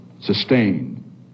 sustained